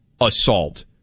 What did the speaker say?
assault